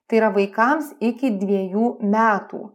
tai yra vaikams iki dviejų metų